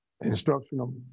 instructional